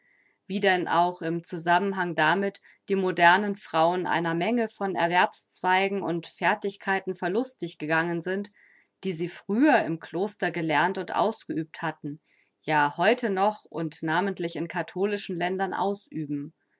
wie denn auch im zusammenhang damit die modernen frauen einer menge von erwerbszweigen und fertigkeiten verlustig gegangen sind die sie früher im kloster gelernt und ausgeübt hatten ja heute noch und namentlich in katholischen ländern ausüben